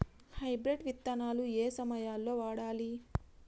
Hybrid విత్తనాలు ఏయే సమయాల్లో వాడాలి?